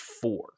four